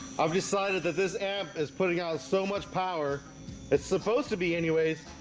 i've decided that this app is putting out so much power it's supposed to be anyways